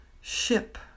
Ship